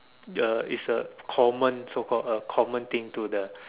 uh is a common so called a common thing to the